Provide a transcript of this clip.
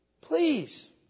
please